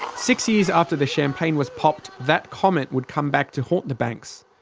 six years after the champagne was popped, that comment would come back to haunt the banks.